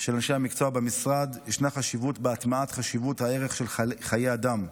של אנשי המקצוע במשרד ישנה חשיבות בהטמעת חשיבות הערך של חיי אדם.